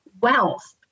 wealth